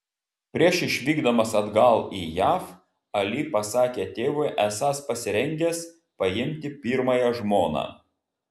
prieš išvykdamas atgal į jav ali pasakė tėvui esąs pasirengęs paimti pirmąją žmoną